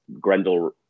Grendel